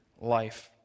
life